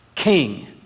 King